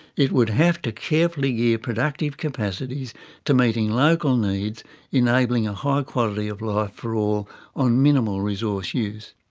it would have to carefully gear productive capacities to meeting local needs enabling a high quality of life for all on minimal resource use.